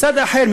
מצד אחר,